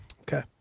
Okay